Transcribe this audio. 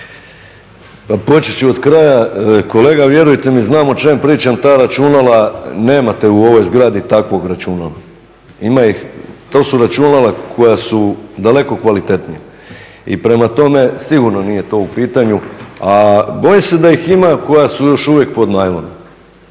Pa počet ću od kraja. Kolega vjerujte mi znam o čemu pričam, ta računala nemate u ovoj zgradi, takvog računala, ima ih, to su računala koja su daleko kvalitetnija. I prema tome, sigurno nije to u pitanju. A bojim se da ih ima koja su još uvijek pod najlonom.